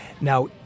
Now